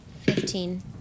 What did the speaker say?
Fifteen